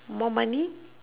more money